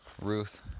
Ruth